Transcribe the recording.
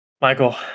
Michael